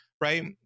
Right